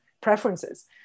preferences